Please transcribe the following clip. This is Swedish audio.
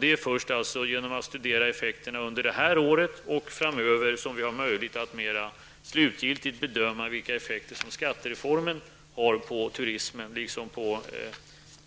Det är alltså först genom att studera effekterna under det här året och framöver som det är möjligt att mera slutgiltigt bedöma vilka effekter skattereformen får på turismen liksom på